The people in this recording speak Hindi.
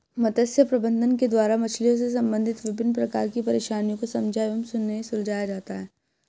मत्स्य प्रबंधन के द्वारा मछलियों से संबंधित विभिन्न प्रकार की परेशानियों को समझा एवं उन्हें सुलझाया जाता है